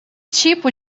tipo